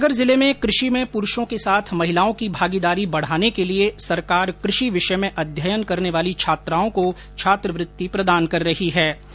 श्रीगंगानगर जिले में कृषि में पुरुषों के साथ महिलाओं की भागीदारी बढ़ाने के लिए सरकार कृषि विषय में अध्ययन करने वाली छात्राओं को छात्रवृत्ति प्रदान कर रही है